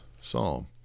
psalm